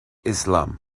islam